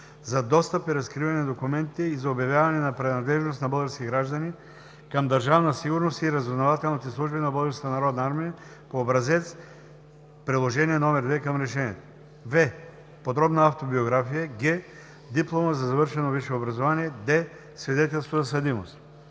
за достъп и разкриване на документите и за обявяване на принадлежност на български граждани към Държавна сигурност и разузнавателните служби на Българската народна армия по образец – Приложение № 2 към Решението; в) подробна автобиография; г) диплома за завършено висше образование; д) свидетелство за съдимост;